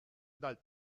dal